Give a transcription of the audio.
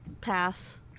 Pass